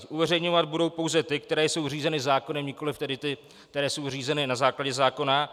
Uveřejňovat budou pouze ty, které jsou zřízeny zákonem, nikoliv tedy ty, které jsou zřízeny na základě zákona.